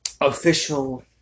official